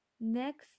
Next